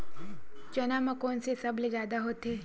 चना म कोन से सबले जादा होथे?